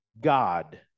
God